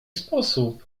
sposób